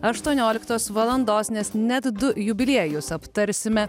aštuonioliktos valandos nes net du jubiliejus aptarsime